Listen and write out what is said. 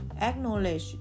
acknowledge